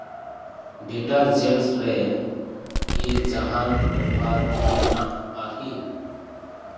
detergents ᱨᱮ ᱠᱤ ᱡᱟᱦᱟᱱ ᱚᱯᱷᱟᱨ ᱢᱮᱱᱟᱜᱼᱟ ᱠᱤ